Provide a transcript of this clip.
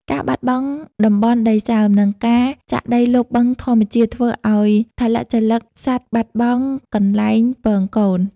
ការបាត់បង់តំបន់ដីសើម និងការចាក់ដីលុបបឹងធម្មជាតិ ធ្វើឱ្យថលជលិកសត្វបាត់បង់កន្លែងពងកូន។